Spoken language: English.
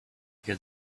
good